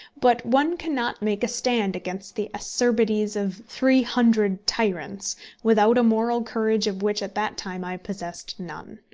but one cannot make a stand against the acerbities of three hundred tyrants without a moral courage of which at that time i possessed none.